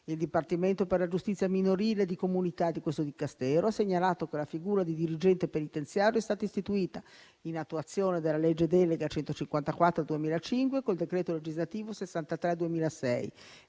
il Dipartimento per la giustizia minorile e di comunità di questo Dicastero ha segnalato che la figura di dirigente penitenziario è stata istituita, in attuazione della legge delega n. 154 del 2005, col decreto legislativo n. 63 del 2006